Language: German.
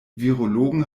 virologen